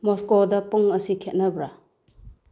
ꯃꯣꯁꯀꯣꯗ ꯄꯨꯡ ꯑꯁꯤ ꯈꯦꯠꯅꯕ꯭ꯔꯥ